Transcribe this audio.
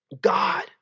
God